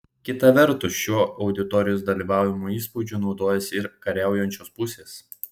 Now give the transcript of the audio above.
kita vertus šiuo auditorijos dalyvavimo įspūdžiu naudojasi ir kariaujančios pusės